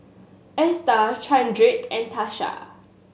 Esta Chadrick and Tasha